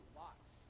lots